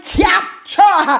capture